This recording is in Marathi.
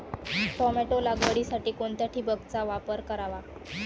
टोमॅटो लागवडीसाठी कोणत्या ठिबकचा वापर करावा?